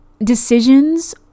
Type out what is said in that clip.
decisions